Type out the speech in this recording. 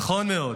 נכון מאוד.